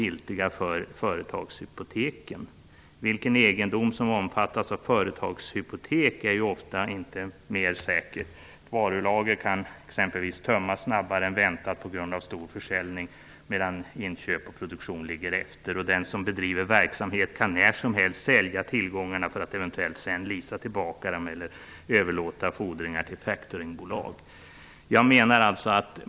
Det är ofta inte helt klart vilken egendom som omfattas av företagshypoteket. Varulager kan exempelvis tömmas snabbare än väntat på grund av en stor försäljning, medan inköp och produktion ligger efter. Den som bedriver verksamhet kan när som helst sälja tillgångarna och sedan eventuellt leasa tillbaka dem eller överlåta fordringar till factoringbolag.